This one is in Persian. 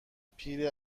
پیر